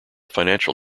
financial